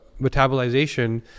metabolization